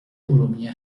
ارومیه